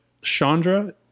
Chandra